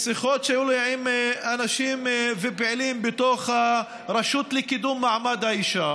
ומשיחות שהיו לי עם אנשים ופעילים בתוך הרשות לקידום מעמד האישה,